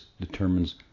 determines